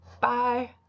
Bye